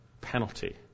penalty